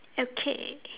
okay